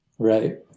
Right